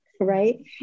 right